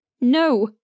No